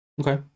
okay